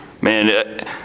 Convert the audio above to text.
man